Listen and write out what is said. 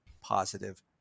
positive